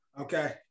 Okay